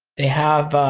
they have